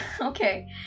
Okay